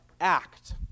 act